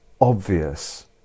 obvious